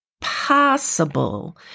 Possible